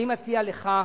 אני מציע לך,